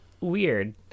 weird